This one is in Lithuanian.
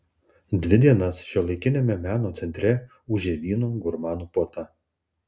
dvi dienas šiuolaikiniame meno centre ūžė vyno gurmanų puota